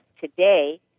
today